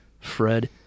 Fred